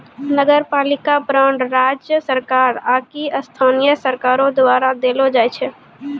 नगरपालिका बांड राज्य सरकार आकि स्थानीय सरकारो द्वारा देलो जाय छै